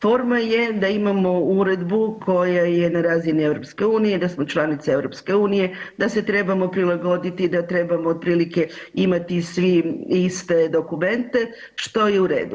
Forma je da imamo uredbu koja je na razini EU, da smo članice EU, da se trebamo prilagoditi, da trebamo otprilike imati svi iste dokumente, što je u redu.